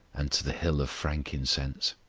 and to the hill of frankincense.